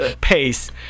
pace